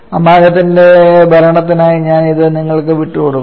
അമാഗത്തിന്റെ നിയമനായി ഞാൻ അത് നിങ്ങൾക്ക് വിട്ടുകൊടുക്കുന്നു